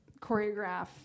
choreograph